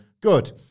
Good